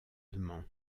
allemand